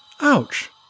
Ouch